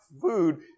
food